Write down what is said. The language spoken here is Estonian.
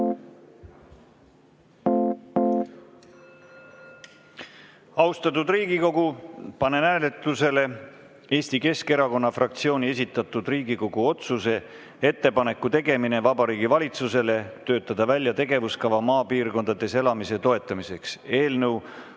kutsungi. Austatud Riigikogu, panen hääletusele Eesti Keskerakonna fraktsiooni esitatud Riigikogu otsuse "Ettepaneku tegemine Vabariigi Valitsusele töötada välja tegevuskava maapiirkondades elamise toetamiseks" eelnõu